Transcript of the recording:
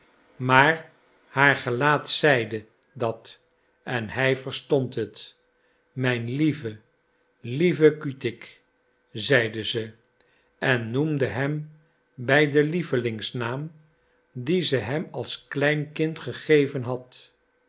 maar haar gelaat zeide dat en hij verstond het mijn lieve lieve kutik zei ze en noemde hem bij den lievelingsnaam dien ze hem als klein kind gegeven had